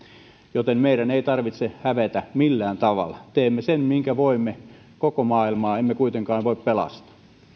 joten meidän ei tarvitse hävetä millään tavalla teemme sen minkä voimme koko maailmaa emme kuitenkaan voi pelastaa